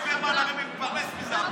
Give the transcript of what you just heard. הרי ליברמן מתפרנס מזה.